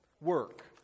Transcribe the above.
work